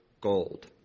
gold